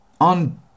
On